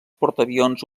portaavions